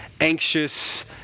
Anxious